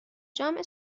جمع